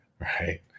right